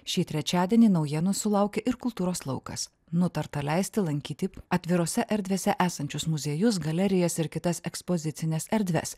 šį trečiadienį naujienų sulaukė ir kultūros laukas nutarta leisti lankyti atvirose erdvėse esančius muziejus galerijas ir kitas ekspozicines erdves